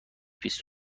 بیست